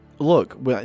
Look